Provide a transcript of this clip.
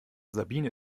sabine